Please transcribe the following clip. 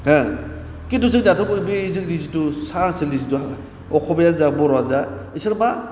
हो खिनथु जोंनाथ बिबदि जोंनि जिथु साहा ओनसोलनि जिथु अस'मियानो जा बर'आनो जा बिसोर मा